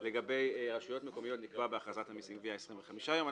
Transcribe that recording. לגבי רשויות מקומיות לקבוע בהכרזת המסים (גבייה) 25 יום.